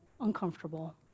uncomfortable